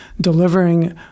delivering